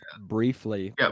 briefly